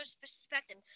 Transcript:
perspective